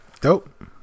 Dope